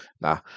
nah